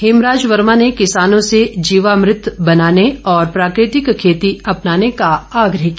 हेमराज वर्मा ने किसानों से जीवामृत बनाने और प्राकृतिक खेती अपनाने का आग्रह किया